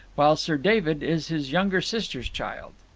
while sir david is his younger sister's child.